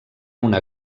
una